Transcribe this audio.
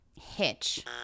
Hitch